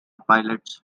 pilots